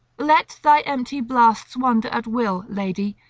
let the empty blasts wander at will, lady,